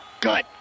Good